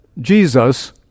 Jesus